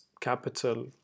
capital